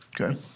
okay